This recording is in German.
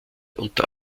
unter